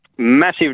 Massive